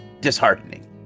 disheartening